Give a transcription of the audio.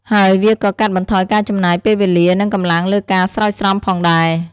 ហើយវាក៏កាត់បន្ថយការចំណាយពេលវាលា និងកម្លាំងលើការស្រោចស្រពផងដែរ។